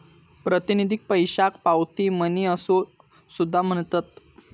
प्रातिनिधिक पैशाक पावती मनी असो सुद्धा म्हणतत